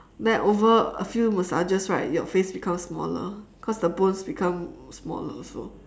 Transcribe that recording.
then over a few massages right your face becomes smaller cause the bones become smaller also